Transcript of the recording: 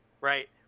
Right